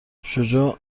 شجاع